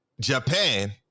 Japan